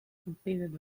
completed